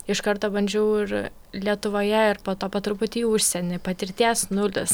iš karto bandžiau ir lietuvoje ir po to po truputį į užsienį patirties nulis